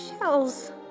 shells